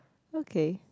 okay